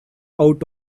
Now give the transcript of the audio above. out